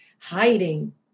hiding